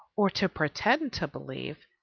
or to pretend to believe,